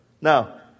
Now